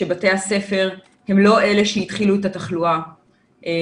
שבתי הספר הם לא אלה שהתחילו את התחלואה והתחלואה